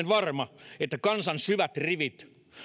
varma että kansan syvät rivit